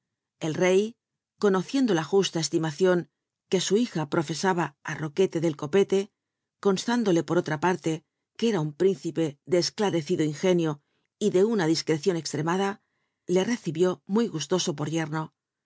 m rey conociendo la justa cstimacion que su hija profc mha á rur uc lr del copete con lándole por otra parle que era un príncipe de esclarecido ingenio d una di erccíon elremada le recibió mu y gustoso por jcrno